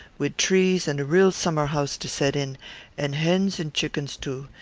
wid trees and a real summer-house to set in and hens and chickens too.